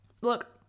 look